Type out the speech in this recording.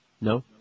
No